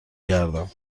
گردم